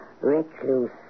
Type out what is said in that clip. recluse